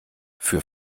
für